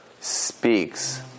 speaks